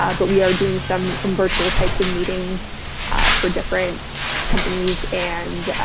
ah but we are doing some, some virtual types of meetings for different companies and